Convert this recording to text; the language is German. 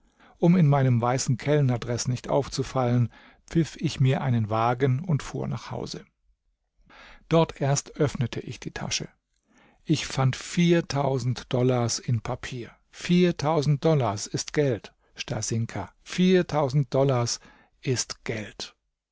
um in meinem weißen kellnerdreß nicht aufzufallen pfiff ich mir einen wagen und fuhr nach hause dort erst öffnete ich die tasche ich fand viertausend dollars in papier viertausend dollars ist geld stasinka viertausend dollars ist geld